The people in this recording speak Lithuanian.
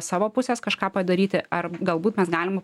savo pusės kažką padaryti ar galbūt mes galim